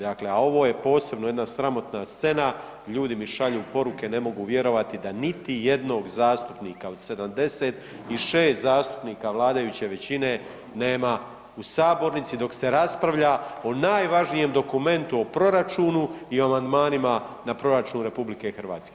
Dakle, a ovo je posebno jedna sramotna scena, ljudi mi šalju poruke ne mogu vjerovati da niti jednog zastupnika od 76 zastupnika vladajuće većine nema u sabornici dok se raspravlja o najvažnijem dokumentu o proračunu i o amandmanima na proračun RH.